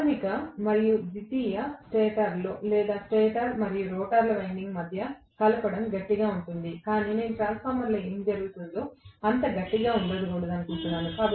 ప్రాధమిక మరియు ద్వితీయ లేదా స్టేటర్ మరియు రోటర్ వైండింగ్ల మధ్య కలపడం గట్టిగా ఉంటుంది కాని నేను ట్రాన్స్ఫార్మర్లో ఏమి జరుగుతుందో అంత గట్టిగా ఉండకూడదనుకుంటున్నాను